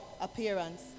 appearance